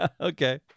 Okay